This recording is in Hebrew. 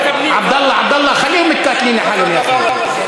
עבדאללה, עבדאללה, (אומר בערבית: